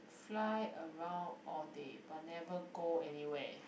fly around all day but never go anywhere